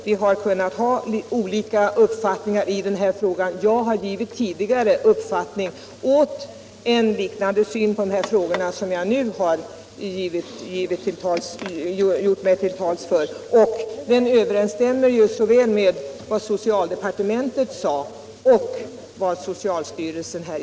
Vi har kunnat ha olika uppfattningar i denna fråga. Jag har för min del tidigare givit uttryck för en liknande syn på dessa frågor som den som jag nu gjort mig till talesman för, och den överensstämmer såväl med vad socialdepartementet sade som med vad socialstyrelsen uttalat.